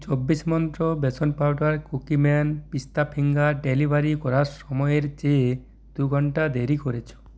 চব্বিশ মন্ত্র বেসন powder Cookieman পিস্তা ফিঙ্গার ডেলিভারি করার সময়ের চেয়ে দু ঘণ্টা দেরি করেছ